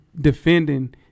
defending